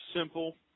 simple